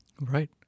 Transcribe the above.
Right